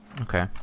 Okay